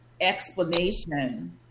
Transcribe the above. explanation